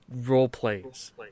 role-plays